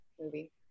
movie